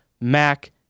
Mac